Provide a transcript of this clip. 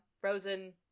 frozen